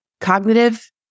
Cognitive